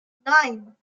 nine